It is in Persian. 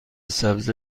سبز